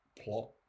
plot